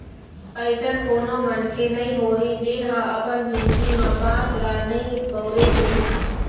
अइसन कोनो मनखे नइ होही जेन ह अपन जिनगी म बांस ल नइ बउरे होही